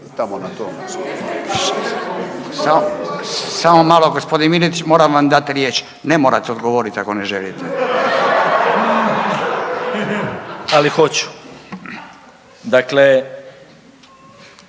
Samo malo g. Miletić moram vam dati riječ, ne morate odgovoriti ako ne želite. **Miletić, Marin